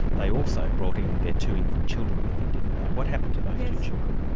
they also brought in their two infant children with them, didn't they? what happened to those two children?